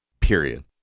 period